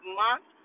month